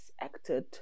acted